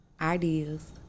ideas